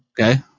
okay